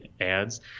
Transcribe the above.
ads